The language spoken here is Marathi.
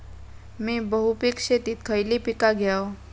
मी बहुपिक शेतीत खयली पीका घेव?